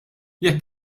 jekk